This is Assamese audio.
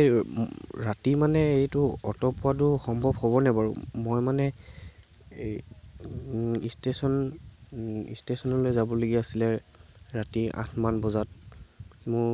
এই ৰাতি মানে এইটো অট' পোৱাতো সম্ভৱ হ'বনে বাৰু মই মানে এই ইষ্টেচন ইষ্টেচনলৈ যাবলগীয়া আছিলে ৰাতি আঠমান বজাত মোৰ